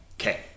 okay